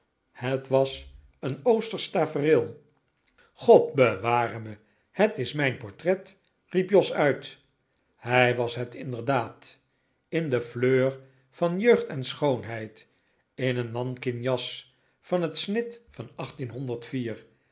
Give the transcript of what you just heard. het was een oostersch tafereel god bewaar me het is mijn portret riep jos uit hij was het inderdaad in de fleur van jeugd en schoonheid in een nanking jas van het snit van